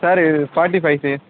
sir இது forty five